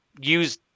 use